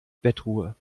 bettruhe